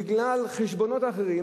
בגלל חשבונות אחרים,